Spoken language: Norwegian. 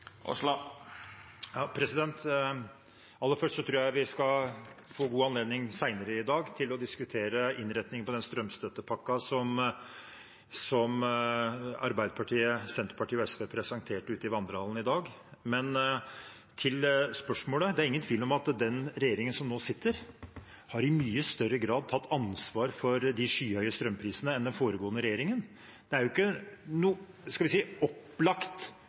Aller først: Jeg tror vi skal få god anledning senere i dag til å diskutere innretningen på den strømstøttepakken som Arbeiderpartiet, Senterpartiet og SV presenterte ute i vandrehallen i dag. Til spørsmålet: Det er ingen tvil om at den regjeringen som nå sitter, i mye større grad enn den foregående regjeringen har tatt ansvar for de skyhøye strømprisene. Det er jo ikke